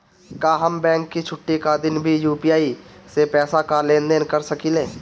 का हम बैंक के छुट्टी का दिन भी यू.पी.आई से पैसे का लेनदेन कर सकीले?